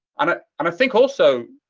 and i and think also,